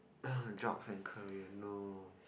jobs and career